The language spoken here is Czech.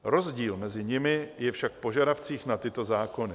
Rozdíl mezi nimi je však v požadavcích na tyto zákony.